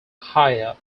higher